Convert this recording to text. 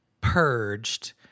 purged